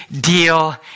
deal